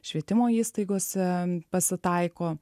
švietimo įstaigose pasitaiko